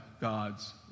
God's